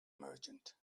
merchant